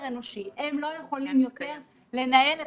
היום, מותרת